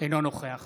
אינו נוכח